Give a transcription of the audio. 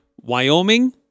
Wyoming